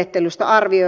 saimaan kanavan varassa